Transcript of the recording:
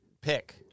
pick